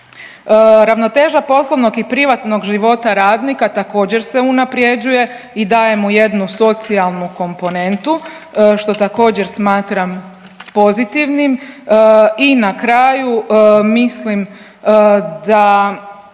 Ravnoteža poslovnog i privatnog života radnika također se unaprjeđuje i daje mi jednu socijalnu komponentu, što također, smatram pozitivnim. I na kraju mislim da